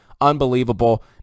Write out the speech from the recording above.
Unbelievable